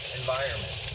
environment